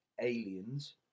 Aliens